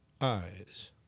Eyes